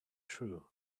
true